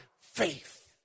faith